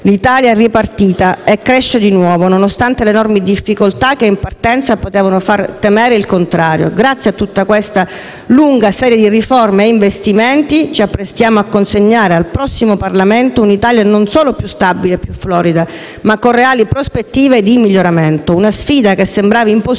L'Italia è ripartita e cresce di nuovo, nonostante le enormi difficoltà che in partenza potevano far temere il contrario. Grazie a tutta questa lunga serie di riforme e di investimenti ci apprestiamo a consegnare al prossimo Parlamento un'Italia non solo più stabile e più florida, ma con reali prospettive di miglioramento. Una sfida che sembrava impossibile